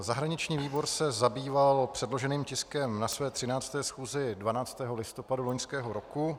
Zahraniční výbor se zabýval předloženým tiskem na své 13. schůzi 12. listopadu loňského roku.